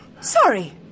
Sorry